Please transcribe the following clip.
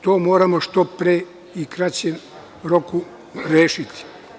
To moramo što pre i u kraćem roku rešiti.